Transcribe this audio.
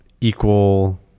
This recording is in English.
equal